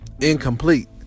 incomplete